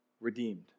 redeemed